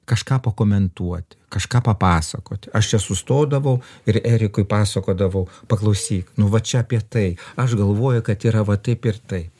kažką pakomentuoti kažką papasakoti aš čia sustodavau ir erikui pasakodavau paklausyk nu va čia apie tai aš galvoju kad yra va taip ir taip